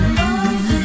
love